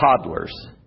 toddlers